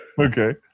okay